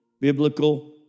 biblical